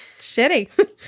Shitty